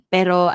Pero